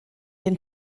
den